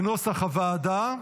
כנוסח הוועדה.